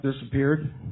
disappeared